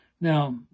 Now